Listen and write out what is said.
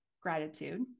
gratitude